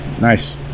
Nice